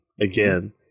again